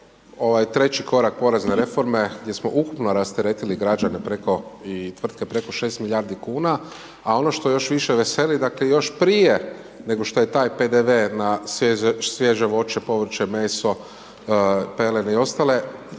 ovaj 3 korak porezne reforme gdje smo ukupno rasteretili građane preko i tvrtke preko 6 milijardi kuna, a ono što još više veseli dakle još prije nego što je taj PDV na svježe voće, povrće, meso, pelene i ostale